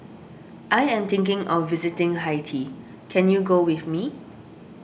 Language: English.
I am thinking of visiting Haiti can you go with me